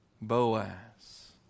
Boaz